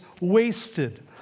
wasted